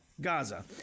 Gaza